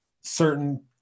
certain